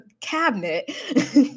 cabinet